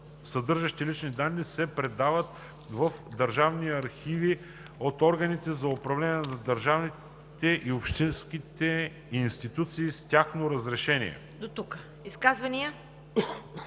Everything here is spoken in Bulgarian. съдържащи лични данни, се предават в държавните архиви от органите за управление на държавните и общинските институции с тяхно разрешение.“